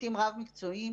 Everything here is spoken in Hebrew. צוותים רב-מקצועיים